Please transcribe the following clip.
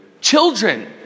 Children